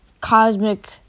Cosmic